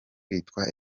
witwa